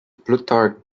plutarch